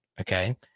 Okay